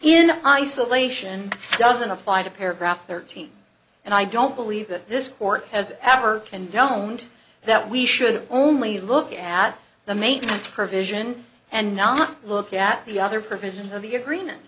isolation doesn't apply to paragraph thirteen and i don't believe that this court has ever condone and that we should only look at the maintenance provision and not look at the other provisions of the agreement